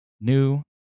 new